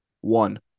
One